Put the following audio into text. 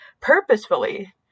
purposefully